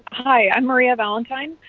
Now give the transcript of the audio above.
hi. i am maria valentine.